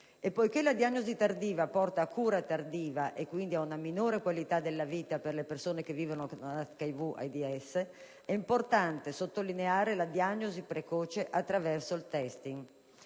poiché la diagnosi tardiva porta a cura tardiva e quindi ad una minore qualità della vita per le persone che vivono con l'HIV-AIDS, è importante sottolineare la diagnosi precoce attraverso il *testing*.